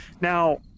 now